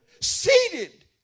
Seated